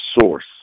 source